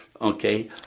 Okay